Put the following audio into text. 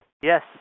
Yes